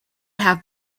have